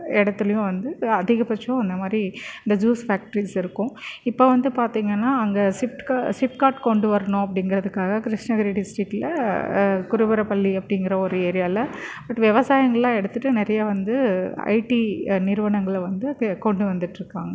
எடத்துலையும் வந்து அதிகபட்சம் இந்தமாரி இந்த ஜூஸ் ஃபேக்ட்ரீஸ் இருக்கும் இப்போ வந்து பாத்தீங்கன்னா அங்க ஷிஃப்ட் கா ஷிஃப்ட்காட் கொண்டு வரணும் அப்படிங்குறத்துக்காக கிருஷ்ணகிரி டிஸ்ட்ரிக்ட்டில் குருபர பள்ளி அப்படிங்குற ஒரு ஏரியாவில் பட் விவசாயங்கள்லாம் எடுத்துட்டால் நிறையா வந்து ஐடி நிறுவனங்களை வந்து கொண்டு வந்துட்டுருக்காங்க